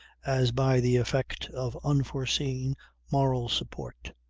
as by the effect of unforeseen moral support.